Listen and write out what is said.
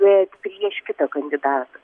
bet prieš kitą kandidatą